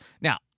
Now